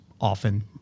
often